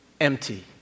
empty